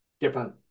different